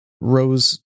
Rose